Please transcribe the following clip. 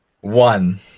One